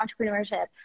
entrepreneurship